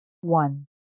one